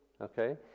Okay